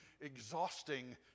exhausting